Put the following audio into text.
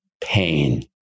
pain